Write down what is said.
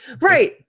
Right